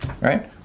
right